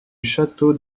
château